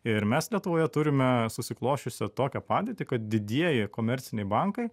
ir mes lietuvoje turime susiklosčiusią tokią padėtį kad didieji komerciniai bankai